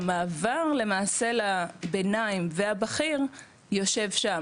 והמעבר, למעשה, לביניים ולבכיר יושב שם.